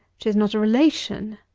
she is not a relation.